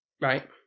Right